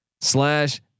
slash